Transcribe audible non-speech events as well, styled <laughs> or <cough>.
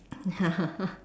ya <laughs>